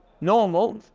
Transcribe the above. normal